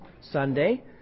Sunday